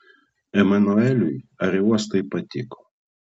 emanueliui aerouostai patiko